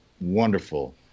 wonderful